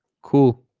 cool